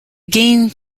game